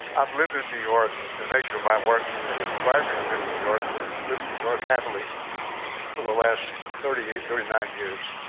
i've lived in new york. the nature of my work has required me to live in new york. i live in new york happily for the last thirty eight, thirty nine years.